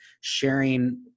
sharing